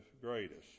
greatest